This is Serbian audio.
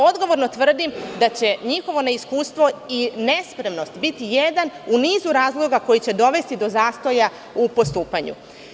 Odgovorno tvrdim da će njihovo neiskustvo i nespremnost biti jedan u nizu razloga koji će dovesti do zastoja u postupanju.